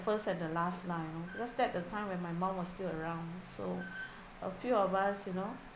first and the last lah you know because that a time when my mum was still around so a few of us you know